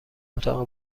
اتاق